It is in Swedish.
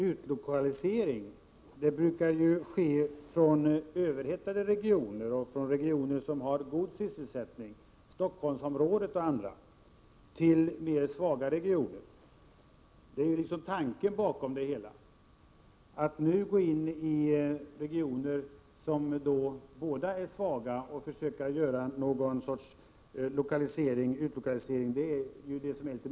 Utlokalisering brukar ju ske från överhettade regioner med god sysselsättning — Stockholmsområdet och liknande — till svagare regioner.